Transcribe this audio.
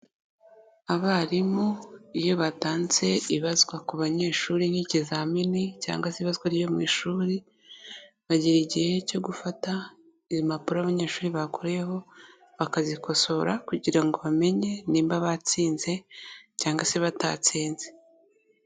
Abarimu iyo batanze ibazwa ku banyeshuri nk'ikizamini cyangwa se ibazwa ryo mu ishuri, bagira igihe cyo gufata impapuro abanyeshuri bakoreyeho, bakazikosora kugira ngo bamenye nimba batsinze cyangwa se batatsinze.